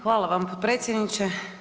Hvala vam potpredsjedniče.